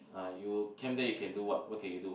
uh you camp day you can do what what can you do